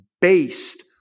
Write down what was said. based